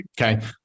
okay